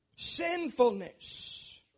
Sinfulness